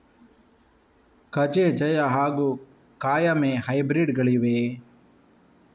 ಕಜೆ ಜಯ ಹಾಗೂ ಕಾಯಮೆ ಹೈಬ್ರಿಡ್ ಗಳಿವೆಯೇ?